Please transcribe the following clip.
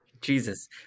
Jesus